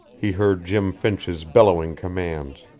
he heard jim finch's bellowing commands.